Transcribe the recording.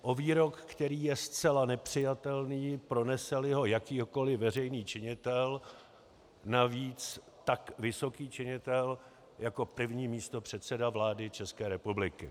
O výrok, který je zcela nepřijatelný, proneseli ho jakýkoliv veřejný činitel, navíc tak vysoký činitel jako první místopředseda vlády České republiky.